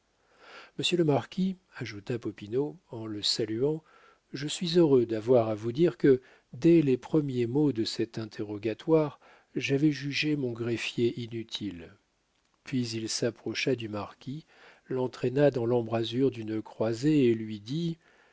monsieur le marquis ajouta popinot en le saluant je suis heureux d'avoir à vous dire que dès les premiers mots de cet interrogatoire j'avais jugé mon greffier inutile puis il s'approcha du marquis l'entraîna dans l'embrasure d'une croisée et lui dit